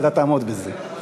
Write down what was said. אבל אתה תעמוד בזה.